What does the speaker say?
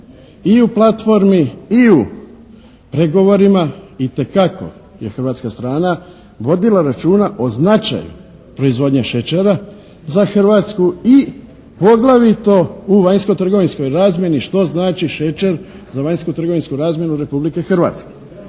i u platformi i u pregovorima itekako je hrvatska strana vodila računa o značaju proizvodnje šećera za Hrvatsku i poglavito u vanjsko-trgovinskoj razmjeni što znači šećer za vanjsko-trgovinsku razmjenu Republike Hrvatske.